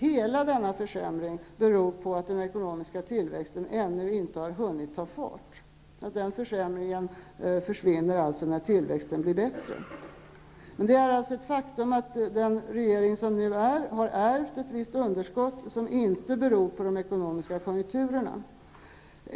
Hela denna försämring beror på att den ekonomiska tillväxten ännu inte har hunnit ta fart. Den försämringen försvinner när tillväxten blir bättre. Men det är ett faktum att den regering som nu är har ärvt ett visst underskott, som inte beror på de ekonomiska konjunkturerna.